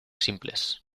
simples